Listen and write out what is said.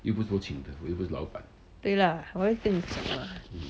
对啦我就是跟你讲吗